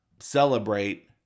celebrate